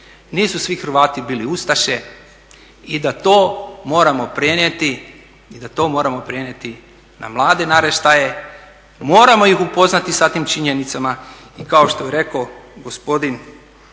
nisu svi Hrvati bili ustaše i da to moramo prenijeti na mlade naraštaje, moramo ih upoznati sa tim činjenicama i kao što je rekao gospodin Đurović